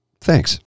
Thanks